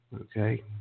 Okay